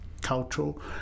cultural